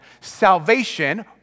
salvation